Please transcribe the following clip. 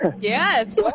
Yes